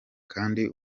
kandi